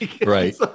Right